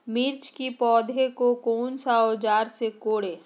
मिर्च की पौधे को कौन सा औजार से कोरे?